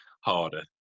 harder